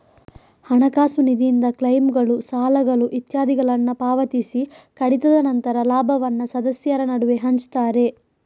ಹಣಕಾಸು ನಿಧಿಯಿಂದ ಕ್ಲೈಮ್ಗಳು, ಸಾಲಗಳು ಇತ್ಯಾದಿಗಳನ್ನ ಪಾವತಿಸಿ ಕಡಿತದ ನಂತರ ಲಾಭವನ್ನ ಸದಸ್ಯರ ನಡುವೆ ಹಂಚ್ತಾರೆ